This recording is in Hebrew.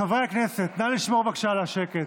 חברי כנסת, נא לשמור בבקשה על השקט.